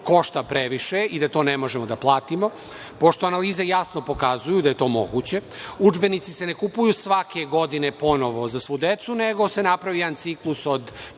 košta previše i da to ne možemo da platimo. Pošto analize jasno pokazuju da je to moguće. Udžbenici se ne kupuju svake godine ponovo za svu decu, nego se napravi jedan ciklus od